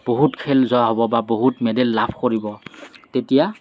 বহুত খেল জয় হ'ব বা বহুত মেডেল লাভ কৰিব তেতিয়া